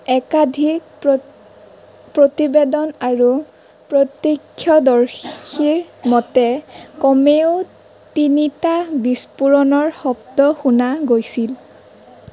একাধিক প্ৰতিবেদন আৰু প্ৰত্যক্ষদৰ্শীৰ মতে কমেও তিনিটা বিস্ফোৰণৰ শব্দ শুনা গৈছিল